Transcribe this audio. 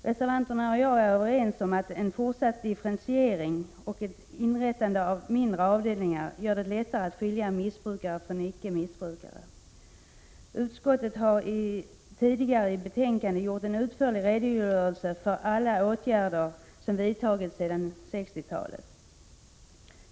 Reservanterna och jag är överens om att en fortsatt differentiering och ett inrättande av mindre avdelningar gör det lättare att skilja missbrukare från icke missbrukare. Utskottet har tidigare i betänkande lämnat en utförlig redogörelse för alla åtgärder som vidtagits sedan 60-talet.